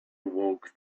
awoke